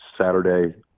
Saturday